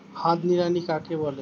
হাত নিড়ানি কাকে বলে?